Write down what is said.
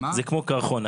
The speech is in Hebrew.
זה כמו קרחון.